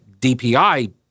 DPI